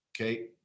okay